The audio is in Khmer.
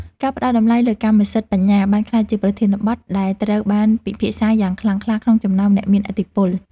ការផ្ដល់តម្លៃលើកម្មសិទ្ធិបញ្ញាបានក្លាយជាប្រធានបទដែលត្រូវបានពិភាក្សាយ៉ាងខ្លាំងក្លាក្នុងចំណោមអ្នកមានឥទ្ធិពល។